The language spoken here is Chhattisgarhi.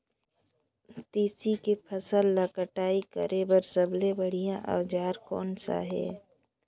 तेसी के फसल ला कटाई करे बार सबले बढ़िया औजार कोन सा हे?